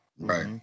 Right